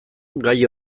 gai